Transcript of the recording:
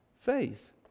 Faith